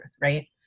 right